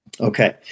okay